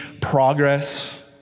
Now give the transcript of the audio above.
progress